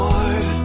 Lord